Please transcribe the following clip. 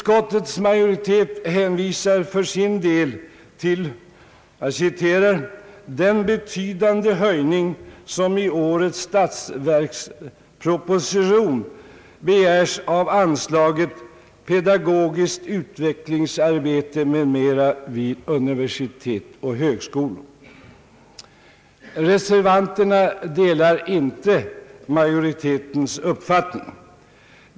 Utskottets majoritet hänvisar till »den betydande höjning som i årets statsverksproposition begärs av anslaget Pedagogiskt utredningsarbete m.m. vid universitet och högskolor». Reservanterna delar inte majoritetens uppfattning.